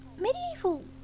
medieval